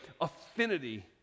affinity